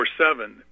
24-7